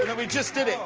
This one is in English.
and we just did